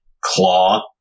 claw